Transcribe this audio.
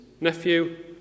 nephew